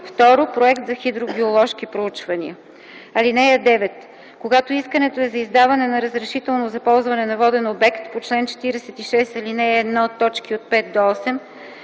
2. проект за хидрогеоложки проучвания. (9) Когато искането е за издаване на разрешително за ползване на воден обект по чл. 46, ал. 1,